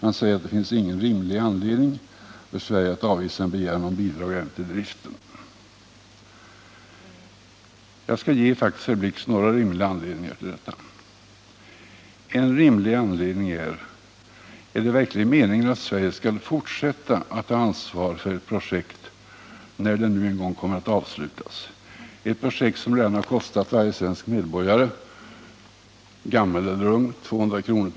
Han säger att det finns ingen rimlig anledning för Sverige att avvisa en begäran om bidrag även till driften. Jag skall faktiskt ge herr Blix några rimliga anledningar till detta. En rimlig anledning är frågan: Är det verkligen meningen att Sverige skall fortsätta att ta ansvar för ett projekt, när det nu en gång kommer att avslutas, ett projekt som redan kostat varje svensk medborgare, gammal eller ung, 200 kr.